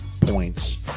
points